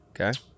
Okay